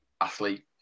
athlete